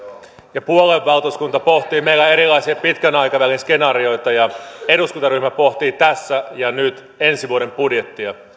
puoluevaltuuskunta pohtii meillä erilaisia pitkän aikavälin skenaarioita ja eduskuntaryhmä pohtii tässä ja nyt ensi vuoden budjettia myös ne